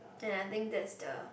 and I think that's the